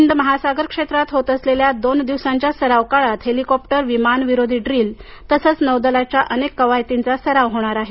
हिंद महासागर क्षेत्रात होत असलेल्या दोन दिवसांच्या सराव काळात हेलिकॉप्टर विमानविरोधी ड्रील तसंच नौदलाच्या अनेक कवायतींचा सराव होणार आहे